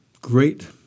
great